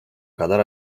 kadar